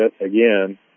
again